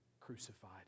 crucified